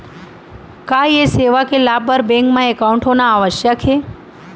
का ये सेवा के लाभ बर बैंक मा एकाउंट होना आवश्यक हे